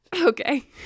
Okay